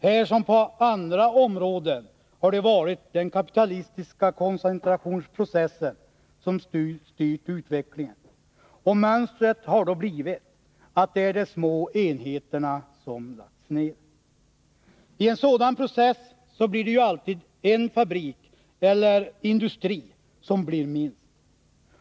Här som på andra områden har det varit den kapitalistiska koncentrationsprocessen som har styrt utvecklingen, och mönstret har då blivit att det är de små enheterna som har lagts ner. I en sådan process blir det ju alltid en fabrik eller industri som blir minst.